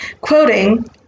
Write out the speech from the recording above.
quoting